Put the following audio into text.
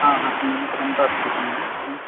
हाँ हाँ आप सूचना दे दीजिए